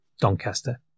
Doncaster